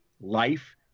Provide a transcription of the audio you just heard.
life